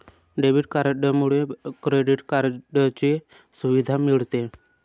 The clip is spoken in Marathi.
डेबिट कार्डमुळे क्रेडिट कार्डची सुविधा मिळते